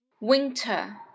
Winter